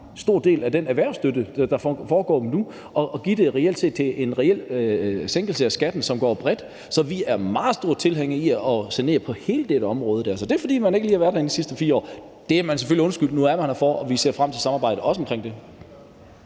fjerne en stor del af den erhvervsstøtte, der foregår nu, og gøre den til en reel sænkelse af skatten, som går bredt. Så vi er meget store tilhængere af at sanere på hele dette område. Det er, fordi man ikke lige har været herinde de sidste 4 år, at man ikke ved det, men det er man selvfølgelig undskyldt for. Nu er man her, og vi ser frem til samarbejdet – også omkring det.